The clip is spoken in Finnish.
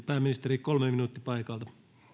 pääministeri kolme minuuttia paikalta